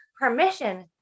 permission